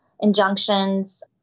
injunctions